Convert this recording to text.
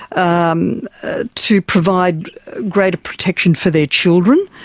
um ah to provide greater protection for their children,